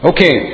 Okay